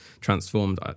transformed